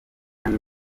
kane